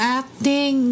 acting